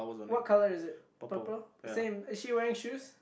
what colour is it purple same is she wearing shoes